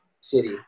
City